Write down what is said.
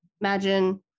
imagine